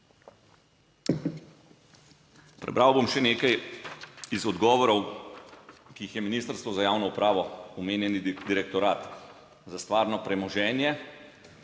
Prebral bom še nekaj iz odgovorov, ki jih je Ministrstvo za javno upravo, omenjeni Direktorat za stvarno premoženje